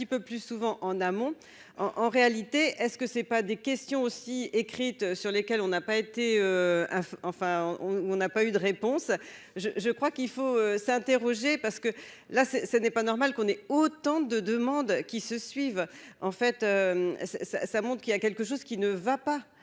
peu plus souvent en amont en en réalité est-ce que c'est pas des questions aussi écrite sur lesquels on n'a pas été enfin on on n'a pas eu de réponse je je crois qu'il faut s'interroger parce que là c'est ce n'est pas normal qu'on ait autant de demandes qui se suivent en fait ça, ça montre qu'il a quelque chose qui ne va pas,